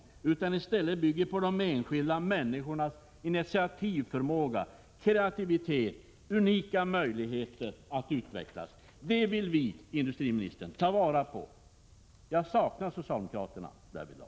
Moderat politik bygger i stället på de enskilda människornas initiativförmåga, kreativitet och unika möjligheter att utvecklas. Det vill vi ta vara på, industriministern. Jag saknar socialdemokraterna därvidlag.